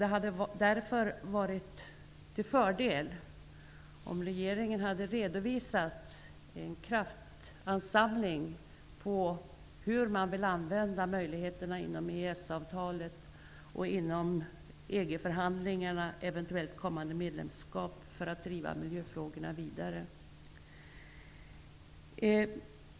Det hade därför varit en fördel om regeringen hade gjort en kraftansamling för att redovisa hur den vill använda de möjligheter som finns att inom ramen för EES avtalet och EG-förhandlingarna om eventuellt kommande medlemskap driva miljöfrågorna vidare.